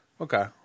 Okay